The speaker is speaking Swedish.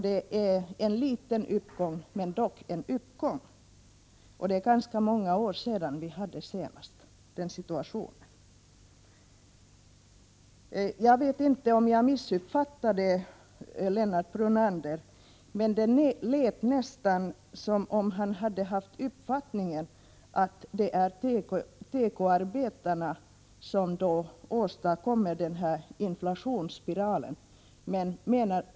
Det är en liten ökning, men dock en uppgång. Det är ganska många år sedan vi senast hade den situationen. Jag vet inte om jag missuppfattade Lennart Brunander, men det lät nästan som om han hade åsikten att det är tekoarbetarna som åstadkommer inflationsspiralen.